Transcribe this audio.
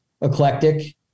eclectic